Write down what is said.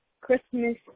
Christmas